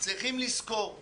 צריכים לזכור,